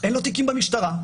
אין לו תיקים במשטרה,